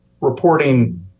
reporting